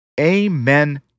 Amen